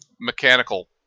mechanical